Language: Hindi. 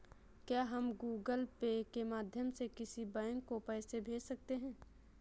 क्या हम गूगल पे के माध्यम से किसी बैंक को पैसे भेज सकते हैं?